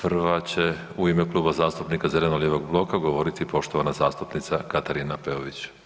Prva će u ime Kluba zastupnika zeleno-lijevog bloka govoriti poštovana zastupnica Katarina Peović.